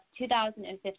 2015